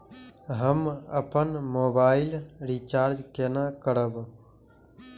हम अपन mobile recharge केना करब?